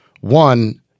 one